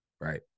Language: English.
right